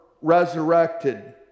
resurrected